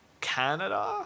Canada